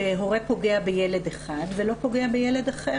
שהורה פוגע בילד אחד ולא פוגע בילד אחר.